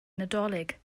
nadolig